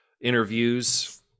interviews